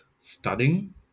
studying